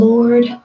Lord